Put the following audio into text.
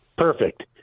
Perfect